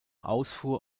ausfuhr